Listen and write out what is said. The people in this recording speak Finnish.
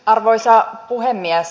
arvoisa puhemies